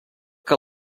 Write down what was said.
que